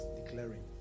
declaring